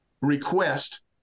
request